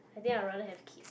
but then I rather have kids